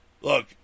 Look